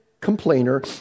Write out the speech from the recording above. complainer